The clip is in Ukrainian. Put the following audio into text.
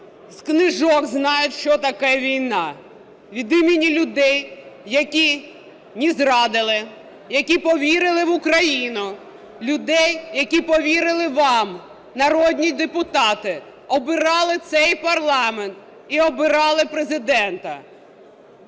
з книжок знають, що таке війна, від імені людей, які не зрадили, які повірили в Україну, людей, які повірили вам народні депутати, обирали цей парламент і обирали Президента